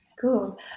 Cool